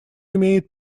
имеет